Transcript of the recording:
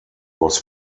was